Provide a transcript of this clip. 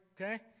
okay